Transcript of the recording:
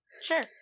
Sure